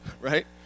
right